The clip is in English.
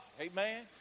Amen